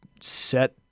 set